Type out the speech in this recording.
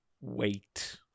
Wait